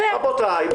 רבותיי,